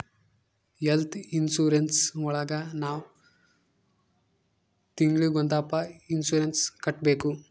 health insurance ಒಳಗ ನಾವ್ ತಿಂಗ್ಳಿಗೊಂದಪ್ಪ ಇನ್ಸೂರೆನ್ಸ್ ಕಟ್ಟ್ಬೇಕು